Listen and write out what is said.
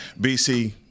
BC